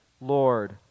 Lord